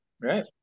Right